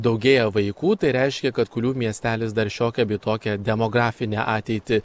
daugėja vaikų tai reiškia kad kulių miestelis dar šiokią tokią demografinę ateitį